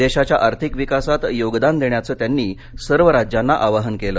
देशाच्या आर्थिक विकासात योगदान देण्याचं त्यांनी सर्व राज्यांना आवाहन केलं